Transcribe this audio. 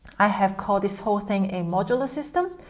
i have called this whole thing a modular system,